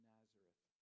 Nazareth